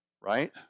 Right